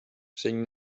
saying